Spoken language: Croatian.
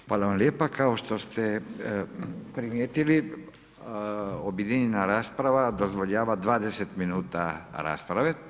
Hvala vam lijepo, kao što ste primijetili objedinjena rasprava dozvoljava 20 min rasprave.